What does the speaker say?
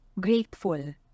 grateful